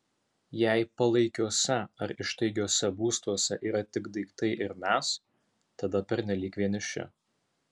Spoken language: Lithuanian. jei palaikiuose ar ištaigiuose būstuose yra tik daiktai ir mes tada pernelyg vieniši